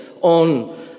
on